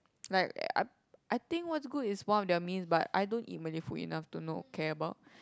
like I I think what's good is one of their mains but I don't eat Malay food enough to know care about